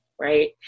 Right